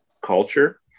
culture